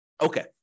Okay